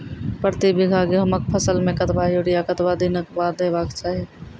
प्रति बीघा गेहूँमक फसल मे कतबा यूरिया कतवा दिनऽक बाद देवाक चाही?